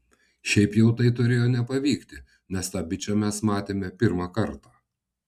šiaip jau tai turėjo nepavykti nes tą bičą mes matėme pirmą kartą